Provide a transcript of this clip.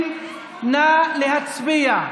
20, נא להצביע.